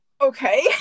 Okay